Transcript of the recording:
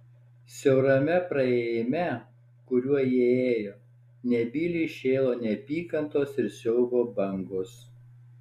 siaurame praėjime kuriuo jie ėjo nebyliai šėlo neapykantos ir siaubo bangos